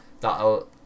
that'll